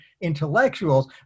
intellectuals